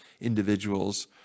individuals